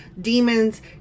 demons